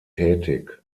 tätig